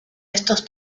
estos